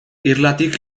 irlatik